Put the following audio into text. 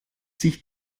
sich